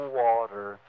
water